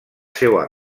seua